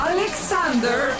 Alexander